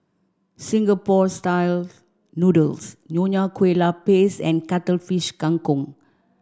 Singapore style noodles Nonya Kueh Lapis and Cuttlefish Kang Kong